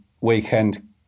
weekend